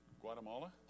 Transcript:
Guatemala